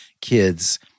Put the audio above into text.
kids